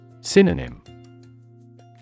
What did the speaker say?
Synonym